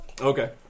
Okay